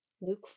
Luke